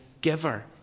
giver